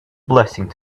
blessing